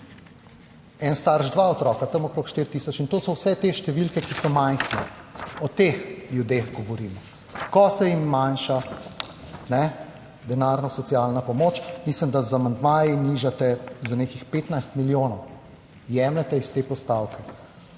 Ena starš, dva otroka tam okrog 4000. To so vse te številke, ki so majhne, o teh ljudeh govorimo. Ko se jim zmanjša denarna socialna pomoč, mislim, da z amandmaji nižate za nekih 15 milijonov, jemljete iz te postavke.